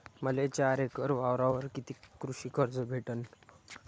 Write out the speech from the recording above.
मले चार एकर वावरावर कितीक कृषी कर्ज भेटन?